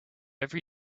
every